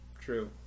True